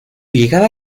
llegada